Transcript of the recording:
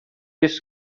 isso